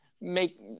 make –